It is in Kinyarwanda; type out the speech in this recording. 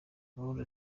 umurundi